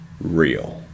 real